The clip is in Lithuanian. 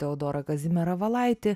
teodorą kazimierą valaitį